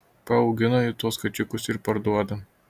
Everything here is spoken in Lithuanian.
paaugina ji tuos kačiukus ir parduoda